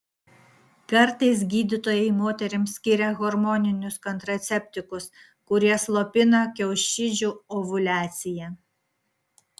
kartais gydytojai moterims skiria hormoninius kontraceptikus kurie slopina kiaušidžių ovuliaciją